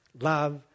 love